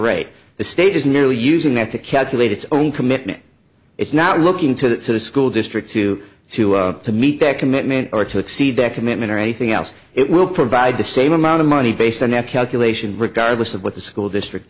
rate the state is merely using that to calculate its own commitment it's not looking to the school district to see to meet that commitment or to exceed that commitment or anything else it will provide the same amount of money based on that calculation regardless of what the school district